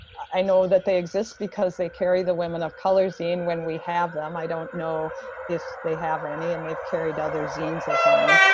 i know that they exist because they carry the women of color zine when we have them, i don't know if they have any and they've carried other zines of mine.